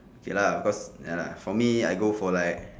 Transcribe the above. okay lah because ya lah for me I go for like